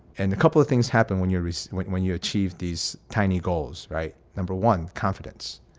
and a couple of things happen when you're when when you achieve these tiny goals. right. number one, confidence.